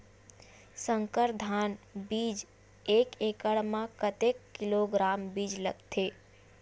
संकर धान बीज एक एकड़ म कतेक किलोग्राम बीज लगथे?